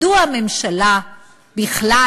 מדוע הממשלה בכלל